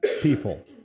people